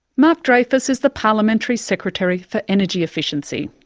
mark dreyfus is the parliamentary secretary for energy efficiency.